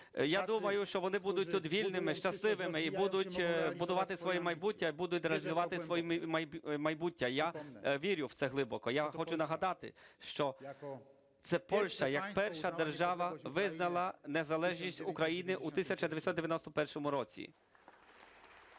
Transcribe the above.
я думаю, що вони будуть тут вільними, щасливими і будуть будувати своє майбуття і будуть розвивати своє майбуття, і я вірю в це глибоко. Я хочу нагадати, що це Польща як перша держава визнала незалежність України у 1991 році.